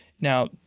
now